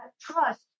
trust